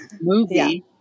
movie